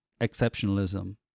exceptionalism